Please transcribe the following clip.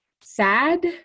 sad